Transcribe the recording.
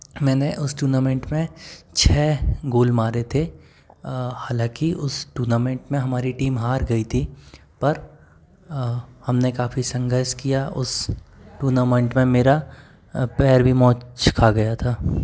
मैंने उस टूर्नामेंट में छः गोल मारे थे हालांकि उस टूर्नामेंट में हमारी टीम हार गई थी पर हम ने काफ़ी संघर्ष किया उस टूर्नामेंट में मेरा पैर भी मोच खा गया था